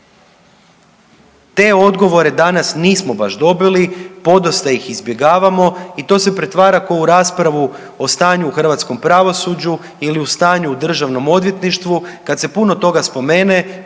Te odgovore danas nismo baš dobili, podosta ih izbjegavamo i to se pretvara ko u raspravu o stanju u hrvatskom pravosuđu ili o stanju u državnom odvjetništvu kad se puno toga spomene,